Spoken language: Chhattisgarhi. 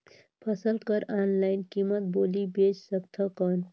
फसल कर ऑनलाइन कीमत बोली बेच सकथव कौन?